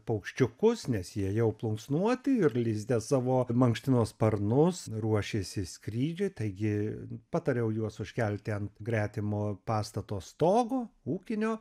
paukščiukus nes jie jau plunksnuoti ir lizde savo mankštino sparnus ruošėsi skrydžiui taigi patariau juos užkelti ant gretimo pastato stogo ūkinio